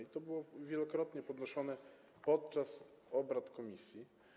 I to było wielokrotnie podnoszone podczas obrad komisji.